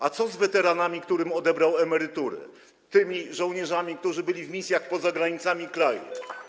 A co z weteranami, którym odebrał emerytury, tymi żołnierzami, którzy byli na misjach poza granicami kraju?